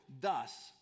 thus